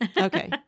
Okay